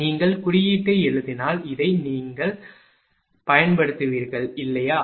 நீங்கள் குறியீட்டை எழுதினால் இதை நீங்கள் பயன்படுத்துவீர்கள் இல்லையா